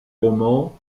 romans